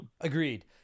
Agreed